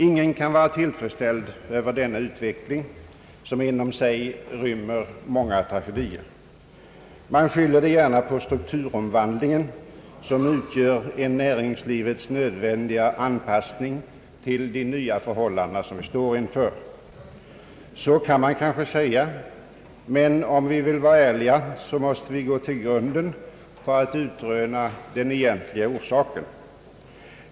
Ingen kan vara tillfredsställd med denna utveckling som inom sig rymmer många tragedier. Man skyller det gärna på strukturomvandlingen, som utgör en näringslivets nödvändiga anpassning till de nya förhållanden som vi står inför. Så kan man kanske säga, men om vi vill vara ärliga måste vi gå till grunden för att utröna den egentliga orsaken.